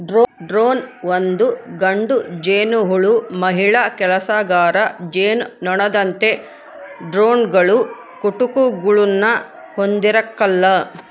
drone ಒಂದು ಗಂಡು ಜೇನುಹುಳು ಮಹಿಳಾ ಕೆಲಸಗಾರ ಜೇನುನೊಣದಂತೆ ಡ್ರೋನ್ಗಳು ಕುಟುಕುಗುಳ್ನ ಹೊಂದಿರಕಲ್ಲ